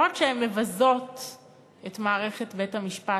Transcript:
לא רק שהן מבזות את מערכת בית-המשפט,